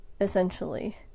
essentially